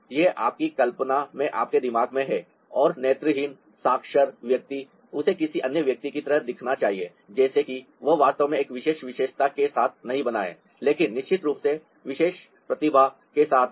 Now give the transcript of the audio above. तो यह आपकी कल्पना में आपके दिमाग में है और नेत्रहीन साक्षर व्यक्ति उसे किसी अन्य व्यक्ति की तरह दिखना चाहिए जैसे कि वह वास्तव में एक विशेष विशेषता के साथ नहीं बना है लेकिन निश्चित रूप से विशेष प्रतिभा के साथ